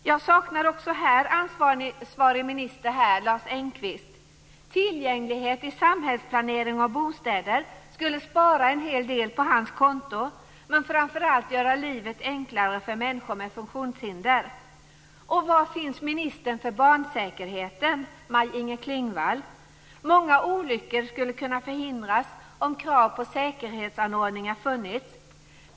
Jag saknar också här ansvarig minister, Lars Engqvist. Tillgänglighet i samhällsplanering och bostäder skulle spara en hel del på hans konto, men framför allt göra livet enklare för människor med funktionshinder. Inger Klingvall? Många olyckor skulle kunna förhindras om krav på säkerhetsanordningar funnits.